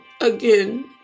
Again